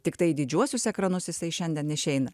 tiktai į didžiuosius ekranus jisai šiandien išeina